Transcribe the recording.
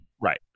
Right